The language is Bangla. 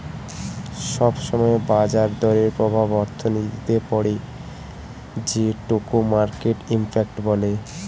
সব সময় বাজার দরের প্রভাব অর্থনীতিতে পড়ে যেটোকে মার্কেট ইমপ্যাক্ট বলে